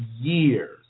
years